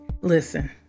listen